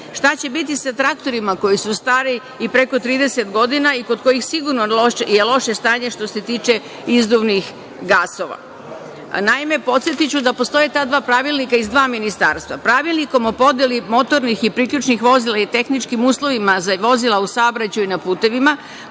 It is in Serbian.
će biti sa traktorima koji su stari i preko 30 godina i kod kojih je sigurno loše stanje, što se tiče izduvnih gasova? Naime, podsetiću da postoje ta dva pravilnika iz dva ministarstva. Pravilnikom o podeli motornih i priključnih vozila i tehničkim uslovima za vozila u saobraćaju na putevima,